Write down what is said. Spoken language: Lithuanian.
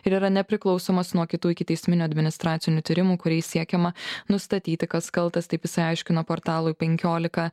ir yra nepriklausomas nuo kitų ikiteisminio administracinių tyrimų kuriais siekiama nustatyti kas kaltas taip isai aiškino portalui penkiolika